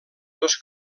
dos